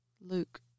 Luke